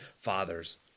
fathers